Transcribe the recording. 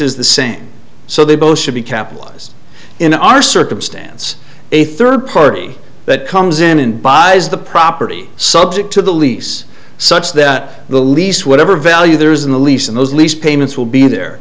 is the same so they both should be capitalized in our circumstance a third party that comes in and buys the property subject to the lease such that the lease whatever value there is in the lease and those lease payments will be there